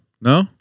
No